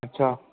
अच्छा